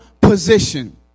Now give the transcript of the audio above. Position